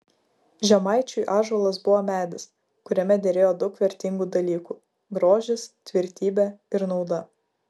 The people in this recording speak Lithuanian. žemaičiui ąžuolas buvo medis kuriame derėjo daug vertingų dalykų grožis tvirtybė ir nauda